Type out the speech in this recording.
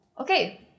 okay